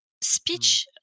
speech